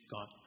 God